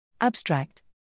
Abstract